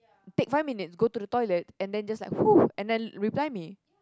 take five minutes go to the toilet and then just like !whoo! and then reply me